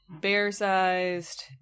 bear-sized